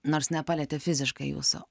nors nepalietė fiziškai jūsų